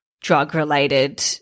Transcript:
drug-related